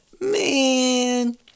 Man